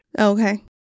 Okay